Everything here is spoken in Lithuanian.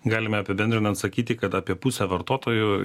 galime apibendrinant sakyti kad apie pusę vartotojų